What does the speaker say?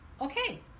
okay